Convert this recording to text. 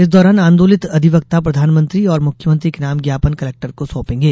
इस दौरान आंदोलित अधिवक्ता प्रधानमंत्री और मुख्यमंत्री के नाम ज्ञापन कलेक्टर को सौंपेगे